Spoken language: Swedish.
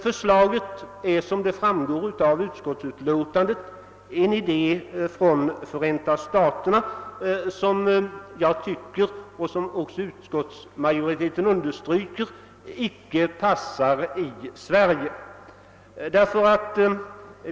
Förslaget är, som framgår av utlåtandet, en idé från Förenta staterna som vi icke tycker passar i Sverige. Detta understryks också av utskottsmajoriteten.